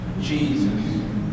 Jesus